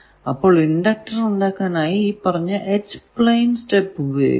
അപ്പോൾ ഇണ്ടക്ടർ ഉണ്ടാക്കാനായി ഈ പറഞ്ഞ h പ്ലെയിൻ സ്റ്റെപ് ഉപയോഗിക്കാം